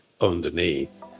underneath